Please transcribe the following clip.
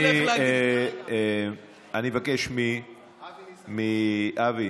אני מבקש מאבי,